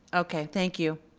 okay, thank you.